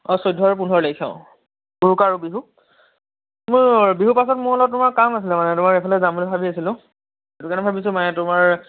অ' চৈধ্য আৰু পোন্ধৰ তাৰিখ অ' উৰুকা আৰু বিহু মোৰ বিহুৰ পাছত মোৰ অলপ তোমাৰ কাম আছিলে মানে তোমাৰ এফালে যাম বুলি ভাবি আছিলোঁ সেইটো কাৰণে ভাবিছোঁ মানে তোমাৰ